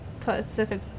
Pacific